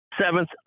Seventh